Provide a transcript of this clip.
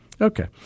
Okay